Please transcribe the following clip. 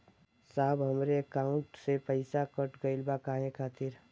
साहब हमरे एकाउंट से पैसाकट गईल बा काहे खातिर?